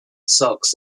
sox